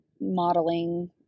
modeling